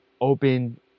open